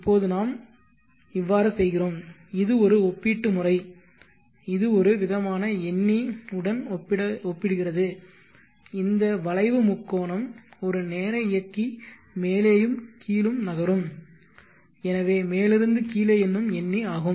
இப்போது நாம் இவ்வாறு செய்கிறோம் இது ஒரு ஒப்பீட்டு முறை இது ஒரு விதமான எண்ணி உடன் ஒப்பிடுகிறது இந்த வளைவு முக்கோணம் ஒரு நேர இயக்கி மேலேயும் கீழும் நகரும் எனவே மேலிருந்து கீழே என்னும் எண்ணி ஆகும்